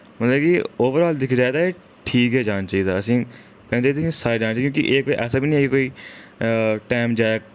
मतलब कि ओवरआल दिक्खेआ जा तां एह् ठीक ऐ जाना चाहिदा असें एह् कोई ऐसा बी निं ऐ कि टाइम जाए